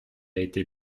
été